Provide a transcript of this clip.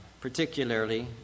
particularly